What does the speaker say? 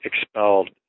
expelled